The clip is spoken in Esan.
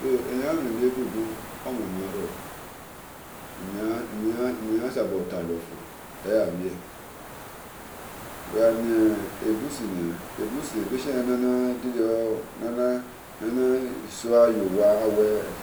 Ehamhen le bu-bu oro nimheya sabotalo fo uwe gha mie bussi nia, ebesie ne na sowa yowaene